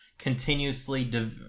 continuously